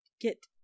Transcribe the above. get